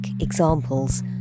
examples